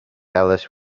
alice